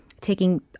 Taking